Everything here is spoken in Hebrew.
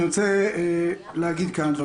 אני רוצה להגיד כמה דברים.